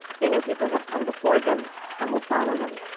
they know people have come before them and will follow them.